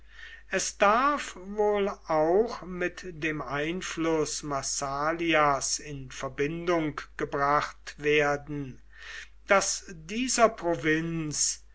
es darf wohl auch mit dem einfluß massalias in verbindung gebracht werden daß dieser provinz